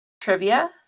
trivia